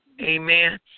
Amen